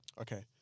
okay